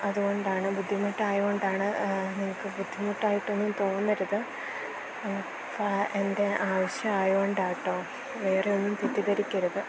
അതുകൊണ്ടാണ് ബുദ്ധിമുട്ടായോണ്ടാണ് നിങ്ങൾക്ക് ബുദ്ധിമുട്ടായിട്ടൊന്നും തോന്നരുത് എൻ്റെ ആവശ്യം ആയോണ്ടാണ് കേട്ടോ വേറെയൊന്നും തെറ്റിദ്ധരിക്കരുത്